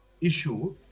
issue